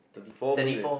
thirty four minutes